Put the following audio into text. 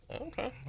Okay